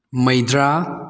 ꯃꯩꯗ꯭ꯔꯥ